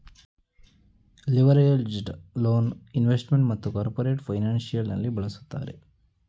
leveraged loan investment ಮತ್ತು corporate financial ನಲ್ಲಿ ಬಳಸುತ್ತಾರೆ